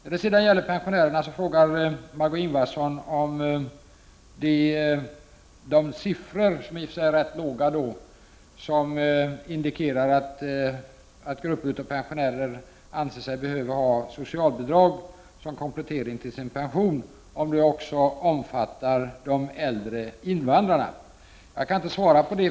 När det gäller pensionärer frågar Margöé Ingvardsson om de siffror — som i och för sig är rätt låga — som indikerar att grupper av pensionärer anser sig behöva socialbidrag som komplement till sin pension, också omfattar de äldre invandrarna. Jag kan inte svara på det.